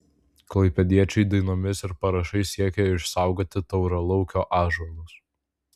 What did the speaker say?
klaipėdiečiai dainomis ir parašais siekia išsaugoti tauralaukio ąžuolus